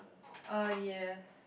uh yes